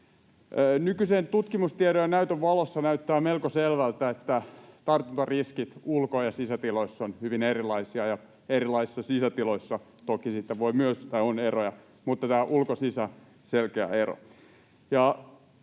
Nykyisen tutkimustiedon ja ‑näytön valossa näyttää melko selvältä, että tartuntariskit ulko‑ ja sisätiloissa ovat hyvin erilaisia, erilaisissa sisätiloissa toki on myös eroja, mutta tämä ulkotila—sisätila-ero